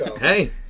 Hey